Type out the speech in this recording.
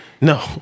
no